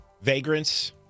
vagrants